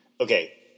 Okay